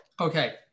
Okay